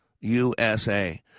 USA